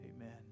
Amen